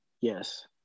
Yes